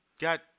got